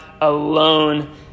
alone